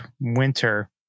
winter